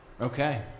Okay